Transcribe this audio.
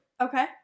Okay